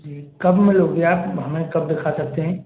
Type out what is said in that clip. जी कब मिलोगे आप हमें कब दिखा सकते हैं